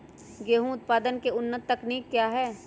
गेंहू उत्पादन की उन्नत तकनीक क्या है?